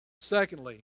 Secondly